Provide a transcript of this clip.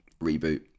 reboot